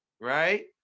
right